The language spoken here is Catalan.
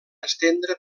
estendre